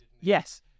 Yes